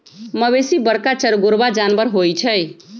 मवेशी बरका चरगोरबा जानबर होइ छइ